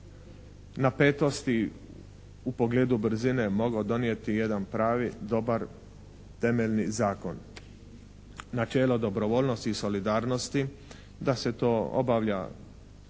napetosti u pogledu brzine mogao donijeti jedan pravi dobar temeljni zakon. Načelo dobrovoljnosti i solidarnosti da se to obavlja